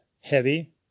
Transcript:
heavy